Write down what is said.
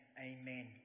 amen